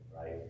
right